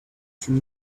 from